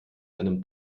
einem